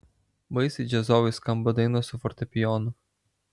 baisiai džiazovai skamba dainos su fortepijonu